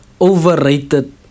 overrated